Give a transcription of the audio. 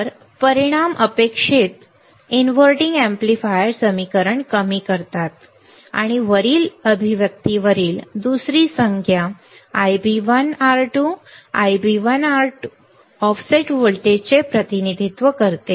तर परिणाम अपेक्षित इनव्हर्टींग एम्पलीफायर समीकरण कमी करतात आणि वरील अभिव्यक्तीतील दुसरी संज्ञा Ib1 R2 Ib1 R2 offset व्होल्टेजचे प्रतिनिधित्व करते